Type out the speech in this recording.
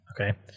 okay